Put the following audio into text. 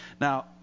Now